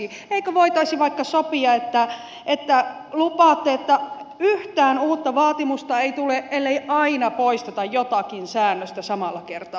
eikö voitaisi vaikka sopia että lupaatte että yhtään uutta vaatimusta ei tule ellei aina poisteta jotakin säännöstä samalla kertaa